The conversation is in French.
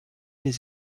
les